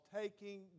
Taking